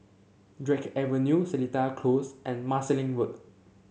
Drake Avenue Seletar Close and Marsiling Road